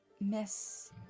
Miss